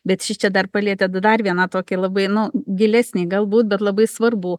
bet šičia dar palietėt dar vieną tokį labai nu gilesnį galbūt bet labai svarbų